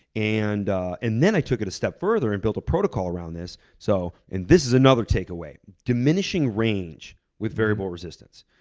and and then i took it a step further and built a protocol around this so, and this is another takeaway, diminishing range with variable resistance.